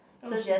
oh she's